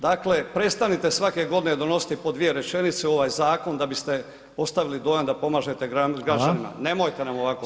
Dakle, prestanite svake godine donositi po dvije rečenice u ovaj zakon da biste ostavili dojam da pomažete građanima [[Upadica: Hvala]] Nemojte nam ovako pomagati.